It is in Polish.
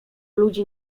ludzi